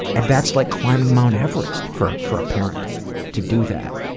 and that's like climbing mount everest, for for a parent to do that.